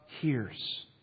hears